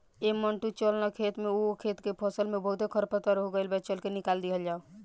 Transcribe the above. ऐ मंटू चल ना खेत में ओह खेत के फसल में बहुते खरपतवार हो गइल बा, चल के निकल दिहल जाव